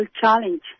challenge